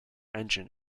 engine